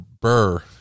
Burr